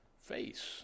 face